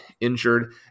injured